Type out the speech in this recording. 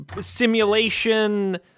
simulation